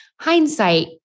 Hindsight